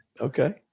Okay